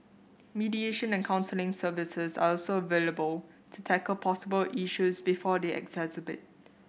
mediation and counselling services are also available to tackle possible issues before they exacerbate